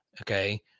Okay